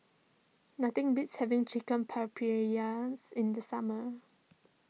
nothing beats having Chicken in the summer